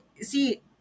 see